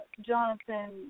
Jonathan